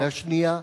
והשנייה,